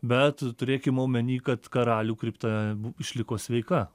bet turėkim omeny kad karalių kripta išliko sveika